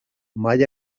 mai